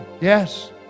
Yes